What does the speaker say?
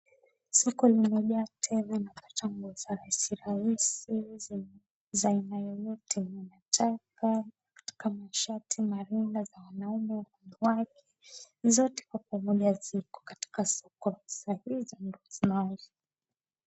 Soko limejaa tele na mavazi raisi za aina yeyote kuna mashati manne za wanaume kwa wake zote kwa pamoja ziko katika soko hili.